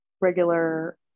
regular